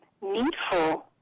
needful